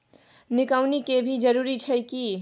निकौनी के भी जरूरी छै की?